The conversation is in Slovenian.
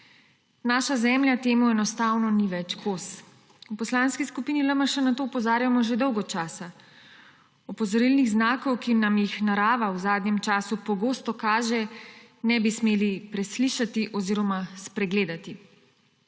Naša Zemlja temu enostavno ni več kos. V Poslanski skupni LMŠ na to opozarjamo že dolgo časa. Opozorilnih znakov, ki nam jih narava v zadnjem času pogosto kaže, ne bi smeli preslišati oziroma spregledati.